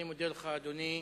אדוני,